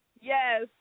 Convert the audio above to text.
Yes